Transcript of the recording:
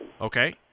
Okay